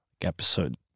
episode